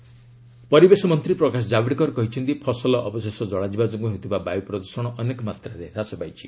Javadekar pollution ପରିବେଶ ମନ୍ତ୍ରୀ ପ୍ରକାଶ ଜାଭଡେକର କହିଛନ୍ତି ଫସଲ ଅବଶେଷ ଜଳାଯିବା ଯୋଗୁଁ ହେଉଥିବା ବାୟୁ ପ୍ରଦୂଷଣ ଅନେକ ମାତ୍ରାରେ ହ୍ରାସ ପାଇଛି